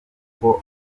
kuko